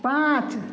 पाँच